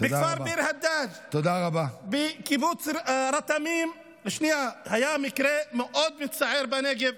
בכפר ביר הדאג' בקיבוץ רתמים היה מקרה מאוד מצער בנגב,